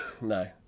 No